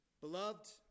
Beloved